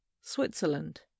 Switzerland